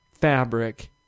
fabric